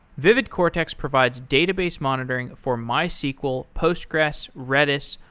vividcortex provides database monitoring for mysql, postgres, redis,